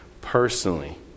personally